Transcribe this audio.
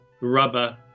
rubber